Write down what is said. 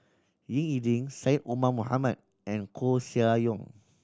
Ying E Ding Syed Omar Mohamed and Koeh Sia Yong